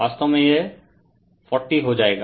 वास्तव में यह 40 हो जाएगा